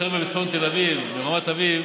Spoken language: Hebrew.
שהחבר'ה בצפון תל אביב וברמת אביב